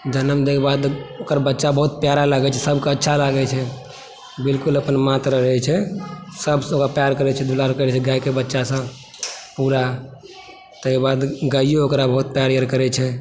जनम दै के बाद ओकर बच्चा बहुत प्यारा लागै छै अच्छा लागै छै बिल्कुल अपन माँ तरह रहै छै सब ओकरा प्यार करै छै दुलार करै छै गायके बच्चा सब पुरा तकर बाद गाइयो ओकरा बहुत प्यार यार करै छै